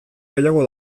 gehiago